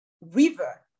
river